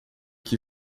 que